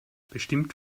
bestimmt